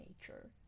nature